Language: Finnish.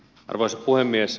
arvoisa puhemies